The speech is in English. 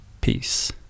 Peace